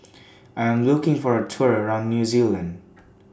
I Am looking For A Tour around New Zealand